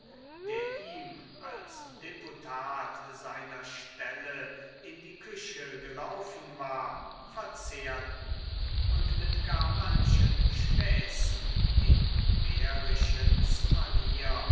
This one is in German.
der ihm als deputat seiner stelle in die küche gelaufen war verzehrten und mit gar manchen späßen in behrischens manier